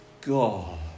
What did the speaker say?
God